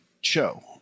show